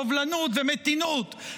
סובלנות ומתינות,